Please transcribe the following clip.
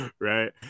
Right